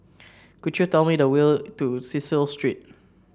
could you tell me the way to Cecil Street